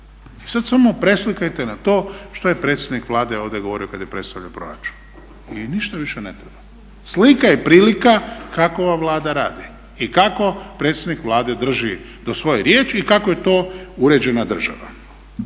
sad samo preslikajte na to što je predsjednik Vlade ovdje govorio kada je predstavljao proračun i ništa više ne treba. Slika i prilika kako ova Vlada radi i kako predsjednik Vlade drži do svoje riječi i kako je to uređena država.